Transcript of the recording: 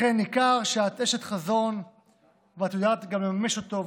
לכן ניכר שאת אשת חזון ואת יודעת גם לממש אותו,